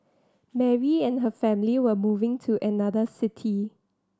Mary and her family were moving to another city